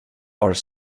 are